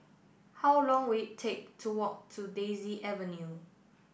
how long will it take to walk to Daisy Avenue